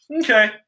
Okay